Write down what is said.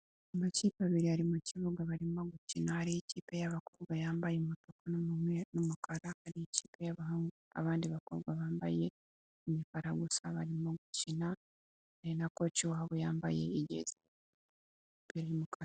Amakipe abiri ari mu kibuga barimo gukina, hari ikipe y'abakobwa yambaye umutuku n'umukara, hari ikipe y'aabandi bakobwa bambaye imikara gusa barimo gukina, kandi nakoci wabo yambaye ijezi y'umukara.